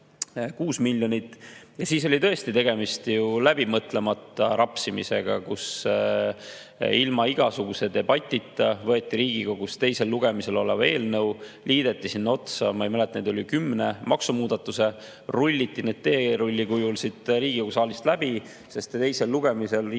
Siis oli tõesti tegemist ju läbimõtlemata rapsimisega, kui ilma igasuguse debatita võeti Riigikogus teisel lugemisel olev eelnõu ja liideti sinna otsa, ma ei mäleta [täpselt], üle kümne maksumuudatuse ja rulliti need nagu teerulliga Riigikogu saalist läbi. Teisel lugemisel, Riigikogu